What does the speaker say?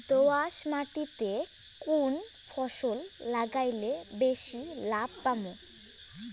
দোয়াস মাটিতে কুন ফসল লাগাইলে বেশি লাভ পামু?